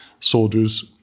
soldiers